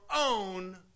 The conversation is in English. own